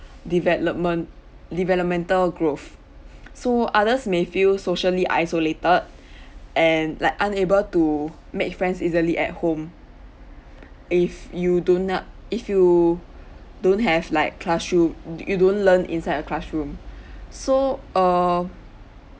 development developmental growth so others may feel socially isolated and like unable to make friends easily at home if you do not if you don't have like classroom you don't learn inside a classroom so err